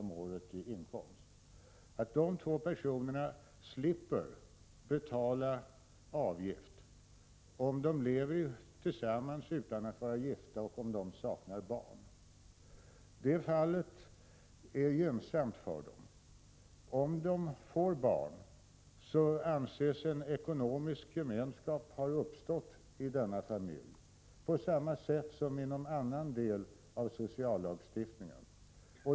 om året i inkomst, slipper betala avgift om de lever tillsammans utan att vara gifta och om de saknar barn. Det fallet är gynnsamt för dem. Om de får barn anses en ekonomisk gemenskap ha uppstått i denna familj, på samma sätt som förhållandet är inom annan del av sociallagstiftningen.